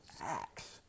acts